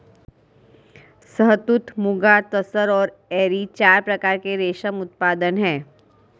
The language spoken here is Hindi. शहतूत, मुगा, तसर और एरी चार प्रकार के रेशम उत्पादन हैं